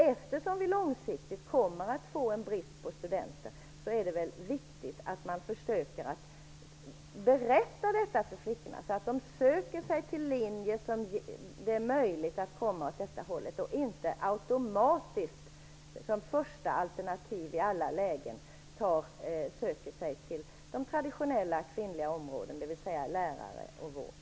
Eftersom vi på lång sikt kommer att få brist på studenter är det väl viktigt att försöka berätta detta för flickorna, så att de söker sig till linjer som leder till teknisk utbildning och inte automatiskt, som första alternativ i alla lägen, söker sig till de traditionella kvinnliga områdena, dvs. utbildning och vård.